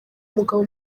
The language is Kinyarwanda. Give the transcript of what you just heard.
mugabo